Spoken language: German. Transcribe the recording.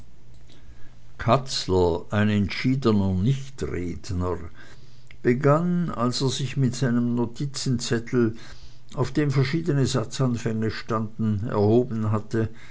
katzler ein entschiedener nichtredner begann als er sich mit seinem notizenzettel auf dem verschiedene satzanfänge standen erhoben hatte